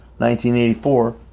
1984